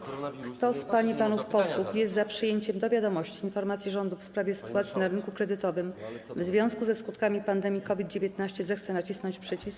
Kto z pań i panów posłów jest za przyjęciem do wiadomości informacji Rządu w sprawie sytuacji na rynku kredytowym w związku ze skutkami pandemii COVID-19, zechce nacisnąć przycisk.